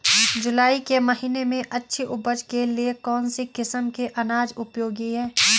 जुलाई के महीने में अच्छी उपज के लिए कौन सी किस्म के अनाज उपयोगी हैं?